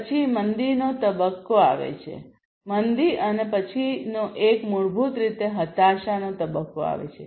પછી મંદીનો તબક્કો આવે છે મંદી અને પછીનો એક મૂળભૂત રીતે હતાશા છે